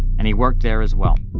and he worked there as well.